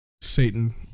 Satan